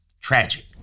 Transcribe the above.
Tragic